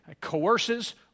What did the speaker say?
coerces